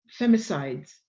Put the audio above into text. femicides